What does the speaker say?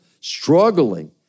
struggling